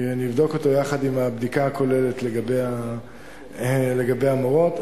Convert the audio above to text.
אני אבדוק אותו יחד עם הבדיקה הכוללת לגבי המורות,